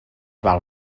val